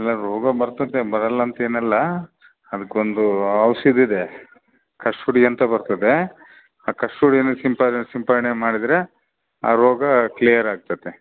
ಇಲ್ಲ ರೋಗ ಬರ್ತದೆ ಬರಲ್ಲಾಂತ ಏನಿಲ್ಲ ಅದಕ್ಕೊಂದು ಔಷಧಿದೆ ಕಸ್ತೂರಿ ಅಂತ ಬರ್ತದೆ ಆ ಕಸ್ತೂರಿಯನ್ನು ಸಿಂಪ ಸಿಂಪರಣೆ ಮಾಡಿದ್ರೆ ಆ ರೋಗ ಕ್ಲಿಯರ್ ಆಗ್ತದೆ